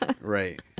right